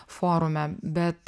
forume bet